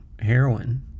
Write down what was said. heroin